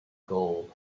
gold